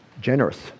generous